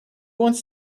wants